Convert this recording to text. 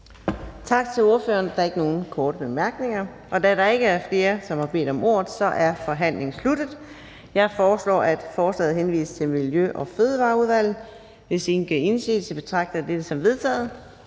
Tak til ordføreren. Der er ikke flere korte bemærkninger. Da der ikke er flere, der har bedt om ordet, er forhandlingen sluttet. Jeg foreslår, at forslaget til folketingsbeslutning henvises til Miljø- og Fødevareudvalget. Hvis ingen gør indsigelse, betragter jeg det som vedtaget.